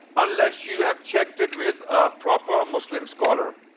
unless you have checked it with a proper muslim scholar.